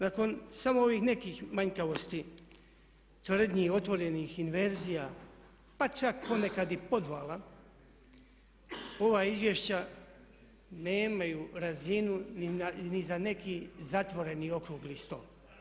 Nakon samo ovih nekih manjkavosti, izvanrednih i otvorenih inverzija pa čak ponekad i podvala, ova izvješća nemaju razinu ni za neki zatvoreni okrugli stol.